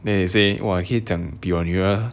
then he say !wah! 可以讲比我女儿